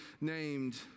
named